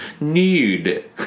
nude